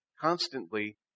Constantly